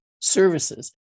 services